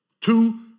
Two